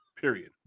period